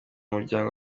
muryango